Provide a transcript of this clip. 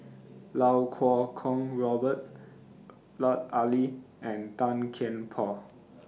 Lau Kuo Kwong Robert Lut Ali and Tan Kian Por